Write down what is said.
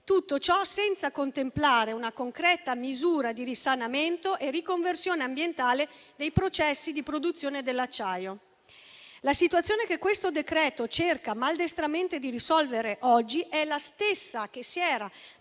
tutto ciò senza contemplare una concreta misura di risanamento e riconversione ambientale dei processi di produzione dell'acciaio. La situazione che questo decreto-legge cerca maldestramente di risolvere oggi è la stessa che si era